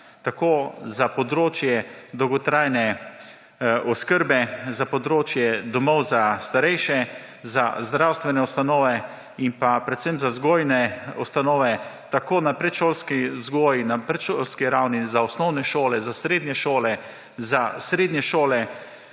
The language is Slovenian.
tako za področje dolgotrajne oskrbe, za področje domov za starejše, za zdravstvene ustanove in pa predvsem za vzgojne ustanove, tako na predšolski vzgoji, na predšolski ravni, za osnovne šole, za srednje šole, za visoko šolstvo,